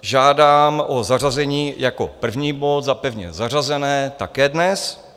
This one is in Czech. Žádám o zařazení jako první bod za pevně zařazené, také dnes.